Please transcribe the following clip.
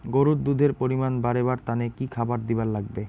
গরুর দুধ এর পরিমাণ বারেবার তানে কি খাবার দিবার লাগবে?